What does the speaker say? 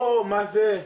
פה, מה זה,